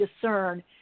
discern